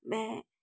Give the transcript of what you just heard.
मैं